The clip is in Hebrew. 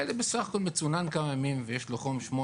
הילד בסך הכל מצונן כמה ימים ויש לו חום 8,